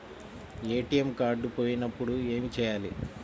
ATM card పోయినప్పుడు ఏమి చేయాలి?